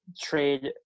trade